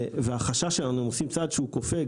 החשש שלנו שאם עושים צעד כופה,